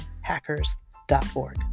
hackers.org